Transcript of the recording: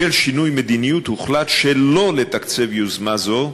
בשל שינוי מדיניות הוחלט שלא לתקצב יוזמה זו,